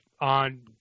on